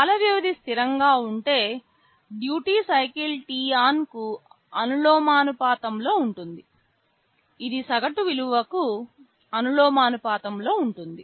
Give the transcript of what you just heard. కాల వ్యవధి స్థిరంగా ఉంటే డ్యూటీ సైకిల్ t on కు అనులోమానుపాతంలో ఉంటుంది ఇది సగటు విలువకు అనులోమానుపాతంలో ఉంటుంది